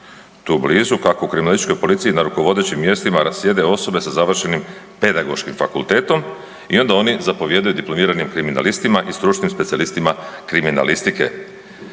tu blizu kako u kriminalističkoj policiji na rukovodećim mjestima sjede osobe sa završenim pedagoškim fakultetom i onda oni zapovijedaju diplomiranim kriminalistima i stručnim specijalistima kriminalistike.